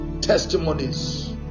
testimonies